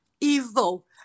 evil